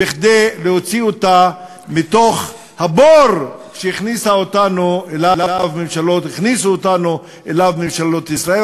כדי להוציא אותה מתוך הבור שהכניסו אותנו אליו ממשלות ישראל.